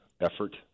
effort